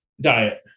diet